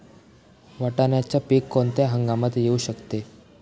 वाटाण्याचे पीक कोणत्या हंगामात येऊ शकते?